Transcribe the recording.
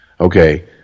Okay